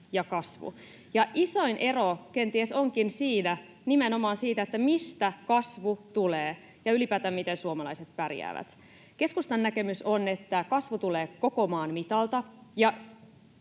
ja kasvu. Isoin ero kenties onkin nimenomaan siinä, mistä kasvu tulee ja miten ylipäätään suomalaiset pärjäävät. Keskustan näkemys on, että kasvu tulee koko maan mitalta